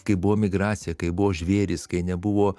kai buvo migracija kai buvo žvėrys kai nebuvo